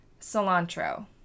cilantro